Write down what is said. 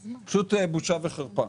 זאת פשוט בושה וחרפה,